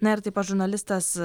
na ir taip žurnalistas